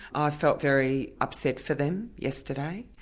i felt very upset for them yesterday,